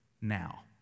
now